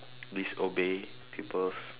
disobey people's